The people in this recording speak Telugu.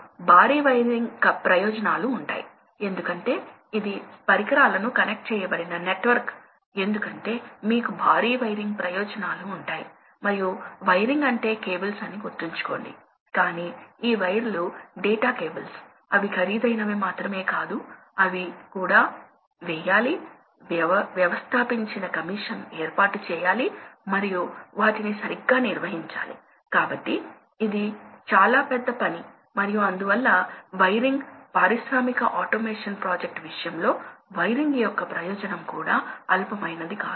ప్రాథమికంగా అది బెర్నౌల్లి ప్రవాహాల వల్ల సంభవిస్తుంది మీకు టర్బులెంట్ ప్రవాహం అని పిలవబడేది అంటే ప్రవాహ వేగం ఎక్కువగా ఉన్నప్పుడు అక్కడ బెర్నౌల్లి లా అని పిలువబడే ఒక చట్టం ఉంది అది నేను ఇప్పుడు వివరించడం లేదు ప్రవాహ వేగం తగినంతగా ఉంటే ఏదైనా కన్స్ట్రక్షన్ ద్వారా ప్రెషర్ ప్రవాహ సంబంధాలను మీరు పొందవచ్చు అంటే రేనాల్డ్స్ నంబర్ చాలా ఎక్కువగా ఉంటే ప్రవాహాన్ని టర్బులెంట్ అని పిలుస్తారు